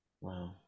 Wow